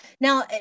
Now